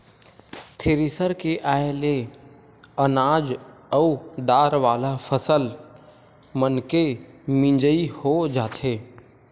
thresher के आये ले अनाज अउ दार वाला फसल मनके मिजई हो जाथे